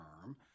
term